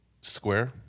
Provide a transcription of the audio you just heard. square